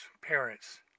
parents